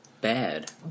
bad